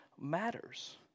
matters